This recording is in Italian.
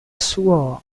suo